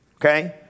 Okay